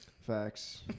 Facts